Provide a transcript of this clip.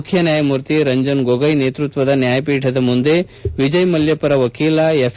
ಮುಖ್ಯ ನ್ಯಾಯಮೂರ್ತಿ ರಂಜನ್ ಗೋಗೋಯ್ ನೇತೃತ್ವದ ನ್ಯಾಯಪೀಠದ ಮುಂದೆ ವಿಜಯ್ ಮಲ್ಯ ಪರ ವಕೀಲ ಎಫ್